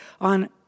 on